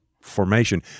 formation